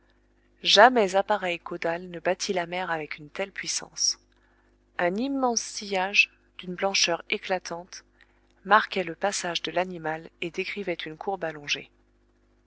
jamais appareil caudal ne battit la mer avec une telle puissance un immense sillage d'une blancheur éclatante marquait le passage de l'animal et décrivait une courbe allongée